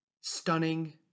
stunning